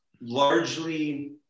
largely